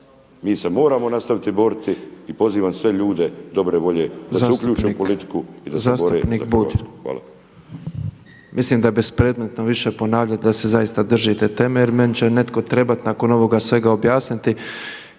Mi se moramo nastaviti boriti i pozivam sve ljude dobre volje da se uključe u politiku i da se bore za Hrvatsku. Hvala. **Petrov, Božo (MOST)** Mislim da je bespredmetno više ponavljati da se zaista držite teme jer meni će netko trebati nakon ovoga svega objasniti